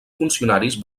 funcionaris